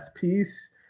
piece